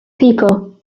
people